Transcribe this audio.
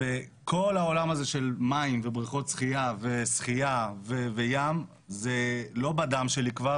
וכל העולם של מים ובריכות שחייה ושחייה וים זה לא בדם שלי כבר,